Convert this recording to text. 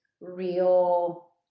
real